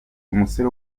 umusore